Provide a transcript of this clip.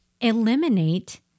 eliminate